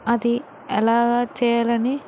అది ఎలా చేయాలని